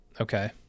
Okay